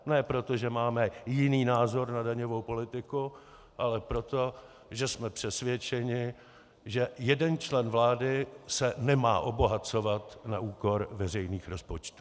Ne proto, že máme jiný názor na daňovou politiku, ale proto, že jsme přesvědčeni, že jeden člen vlády se nemá obohacovat na úkor veřejných rozpočtů.